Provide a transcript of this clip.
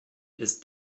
ist